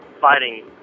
fighting